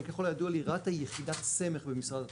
אבל ככל הידוע לי רת"א היא יחידת סמך במשרד התחבורה.